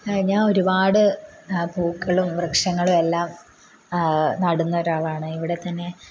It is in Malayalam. ഞാനൊരുപാട് പൂക്കളും വൃക്ഷങ്ങളും എല്ലാം നടുന്നൊരാളാണ് ഇവിടെത്തന്നെ